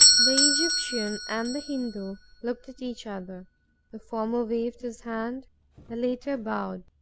the egyptian and the hindoo looked at each other the former waved his hand the latter bowed,